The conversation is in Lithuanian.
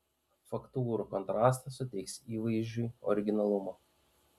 faktūrų kontrastas suteiks įvaizdžiui originalumo